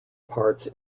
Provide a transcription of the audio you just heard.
parts